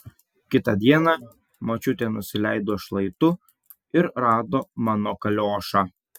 kitą dieną močiutė nusileido šlaitu ir rado mano kaliošą